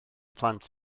plant